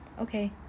okay